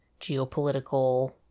geopolitical